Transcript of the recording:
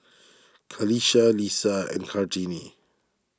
Qalisha Lisa and Kartini